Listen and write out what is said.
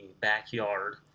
backyard